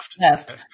left